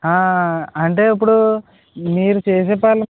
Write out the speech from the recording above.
ఆ అంటే ఇప్పుడు మీరు చేసే పనులు